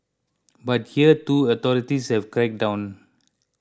but here too authorities have cracked down